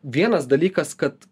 vienas dalykas kad